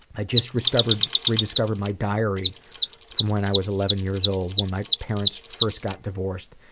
i just rediscovered rediscovered my diary from when i was eleven years old, when my parents first got divorced,